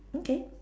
okay